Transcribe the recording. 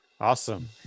Awesome